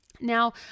now